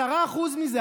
10% מזה,